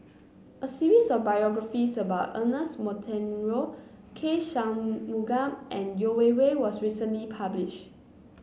a series of biographies about Ernest Monteiro K Shanmugam and Yeo Wei Wei was recently publish